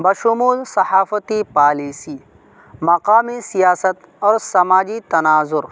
بشمول صحافتی پالیسی مقامی سیاست اور سماجی تناظر